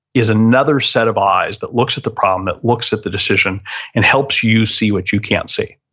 is another set of eyes that looks at the problem that looks at the decision and helps you see what you can't see.